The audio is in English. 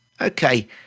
Okay